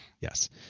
Yes